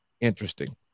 Interesting